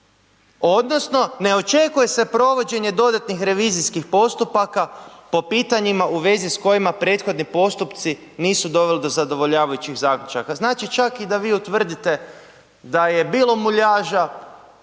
odnosno ne očekuje se provođenje dodatnih revizijskih postupaka po pitanjima u vezi s kojima prethodni postupci nisu doveli do zadovoljavajućih zaključaka. Znači, čak i da vi utvrdite da je bilo muljaža